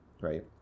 Right